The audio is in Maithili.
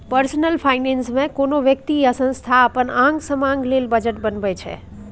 पर्सनल फाइनेंस मे कोनो बेकती या संस्था अपन आंग समांग लेल बजट बनबै छै